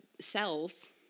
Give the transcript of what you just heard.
cells